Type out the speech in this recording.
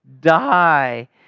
die